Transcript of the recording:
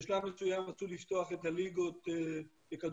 בשלב מסוים רצו לפתוח את הליגות בכדורגל